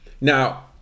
Now